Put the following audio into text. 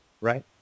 right